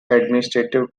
administrative